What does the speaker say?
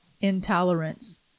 intolerance